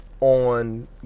on